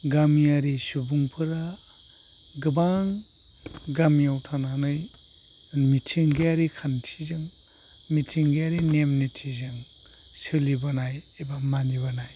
गामियारि सुबुंफोरा गोबां गामियाव थानानै मिथिंगायारि खान्थिजों मिथिंगायारि नेम निथिजों सोलिबोनाय एबा मानिबोनाय